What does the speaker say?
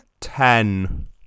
Ten